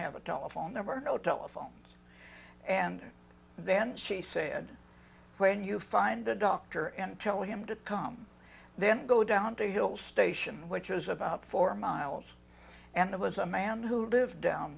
have a telephone number no telephones and then she said when you find a doctor and tell him to come then go down to the hill station which is about four miles and it was a man who lived down